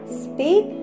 speak